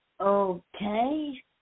Okay